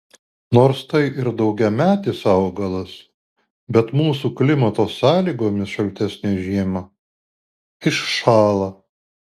nors tai ir daugiametis augalas bet mūsų klimato sąlygomis šaltesnę žiemą iššąla